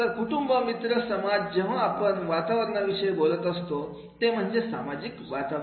कुटुंब मित्र आणि समाज जेव्हा आपण वातावरणाविषयी बोलत असतो ते म्हणजे सामाजिक वातावरण